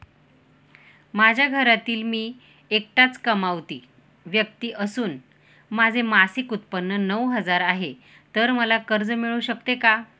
माझ्या घरातील मी एकटाच कमावती व्यक्ती असून माझे मासिक उत्त्पन्न नऊ हजार आहे, तर मला कर्ज मिळू शकते का?